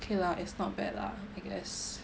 okay lah is not bad lah I guess